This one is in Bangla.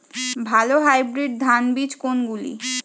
ভালো হাইব্রিড ধান বীজ কোনগুলি?